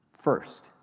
First